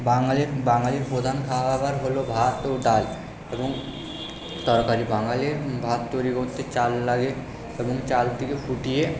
বাঙালির বাঙালির প্রধান হলো ভাত ও ডাল এবং তরকারি বাঙালির ভাত তৈরি করতে চাল লাগে এবং চালটিকে ফুটিয়ে